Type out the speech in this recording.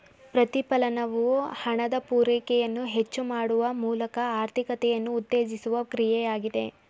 ಪ್ರತಿಫಲನವು ಹಣದ ಪೂರೈಕೆಯನ್ನು ಹೆಚ್ಚು ಮಾಡುವ ಮೂಲಕ ಆರ್ಥಿಕತೆಯನ್ನು ಉತ್ತೇಜಿಸುವ ಕ್ರಿಯೆ ಆಗಿದೆ